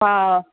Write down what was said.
हा